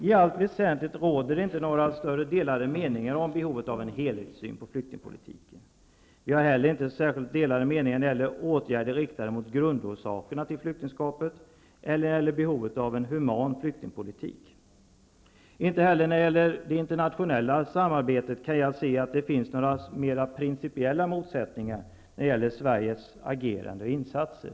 I allt väsentligt föreligger det inte några större meningsskiljaktigheter om behovet av en helhetssyn på flyktingpolitiken, av åtgärder riktade mot grundorsakerna till flyktingskapet eller om behovet av en human flyktingpolitik. Inte heller när det gäller det internationella samarbetet kan jag finna att det finns några mera principiella motsättningar när det gäller Sveriges agerande och insatser.